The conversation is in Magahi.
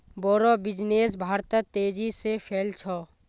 बोड़ो बिजनेस भारतत तेजी से फैल छ